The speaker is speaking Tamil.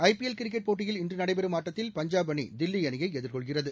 ஐ பி எல் கிரிக்கெட் போட்டியில் இன்று நடைபெறும் ஆட்டத்தில் பஞ்சாப் அணி தில்லி அணியை எதிர்கொள்கிறது